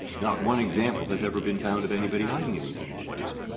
not one example has ever been found of anybody hiding anything in his beard,